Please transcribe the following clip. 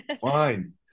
Fine